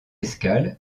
escale